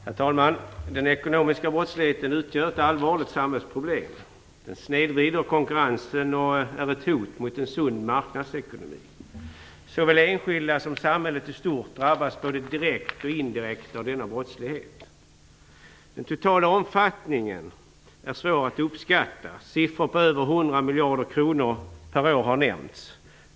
Herr talman! Den ekonomiska brottsligheten utgör ett allvarligt samhällsproblem. Den snedvrider konkurrensen och är ett hot mot en sund marknadsekonomi. Såväl enskilda som samhället i stort drabbas både direkt och indirekt av denna brottslighet. Den totala omfattningen är svår att uppskatta. Siffror på över 100 miljarder kronor per år har nämnts.